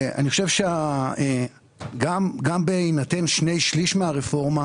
אני חושב שגם בהינתן שני שליש מהרפורמה,